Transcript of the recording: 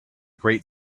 great